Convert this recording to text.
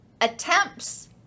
Attempts